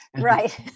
Right